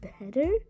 better